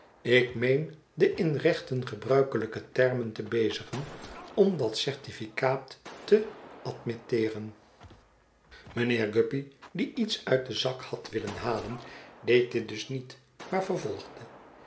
ik meen de in rechten gebruikelijke termen te bezigen om dat certificaat te admitteeren mijnheer guppy die iets uit den zak had willen halen deed dit dus niet maar vervolgde